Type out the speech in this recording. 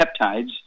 peptides